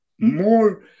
more